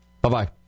Bye-bye